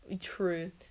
True